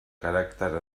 caràcter